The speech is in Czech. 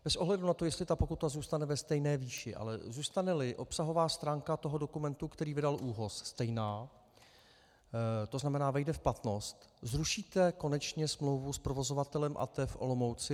Bez ohledu na to, jestli ta pokuta zůstane ve stejné výši, ale zůstaneli obsahová stránka toho dokumentu, který vydal ÚOHS, stejná, tzn. vejde v platnost, zrušíte konečně smlouvu s provozovatelem ATE v Olomouci?